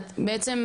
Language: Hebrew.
בעצם,